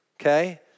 okay